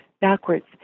backwards